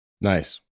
Nice